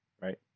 right